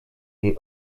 jej